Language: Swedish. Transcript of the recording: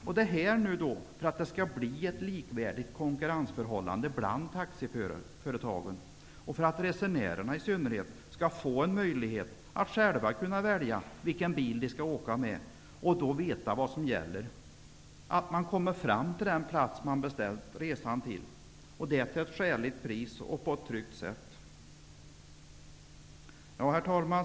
Det här är nödvändiga åtgärder för att åstadkomma ett likvärdigt konkurrensförhållande bland taxiföretagen och en möjlighet för i synnerhet resenärerna att själva välja vilken bil de skall åka med och veta vad som gäller, dvs. att man till ett skäligt pris och på ett tryggt sätt kommer fram till den plats som man beställt resan till. Herr talman!